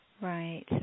Right